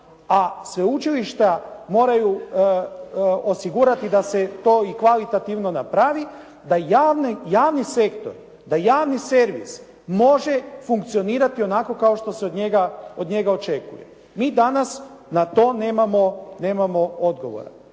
a sveučilišta moraju osigurati da se to i kvalitativno napravi da javne, javni sektor da javni servis može funkcionirati onako kao što se od njega, od njega očekuje. Mi danas na to nemamo odgovora.